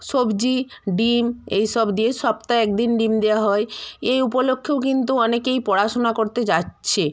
সবজি ডিম এই সব দিয়ে সপ্তাহে এক দিন ডিম দেওয়া হয় এই উপলক্ষেও কিন্তু অনেকেই পড়াশুনা করতে যাচ্ছে